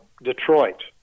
Detroit